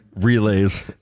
relays